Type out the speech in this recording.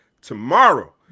tomorrow